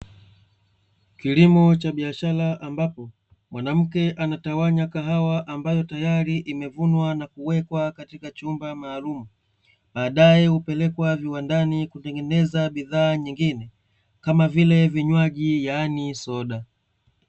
Kilimo cha biashara ambapo mwanamke anatawanya kahawa ambayo tayari imevunwa na kuwekwa katika chumba maalumu, baadae hupelekwa viwandani kutengeneza bidhaa nyingine kama vile vinywaji yaani soda.